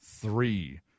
three